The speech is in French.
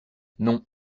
non